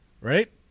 right